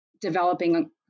developing